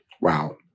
Wow